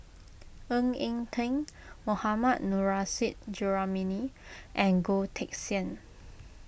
Ng Eng Teng Mohammad Nurrasyid Juraimi and Goh Teck Sian